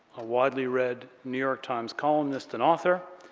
a widely read new york times columnist and author,